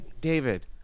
David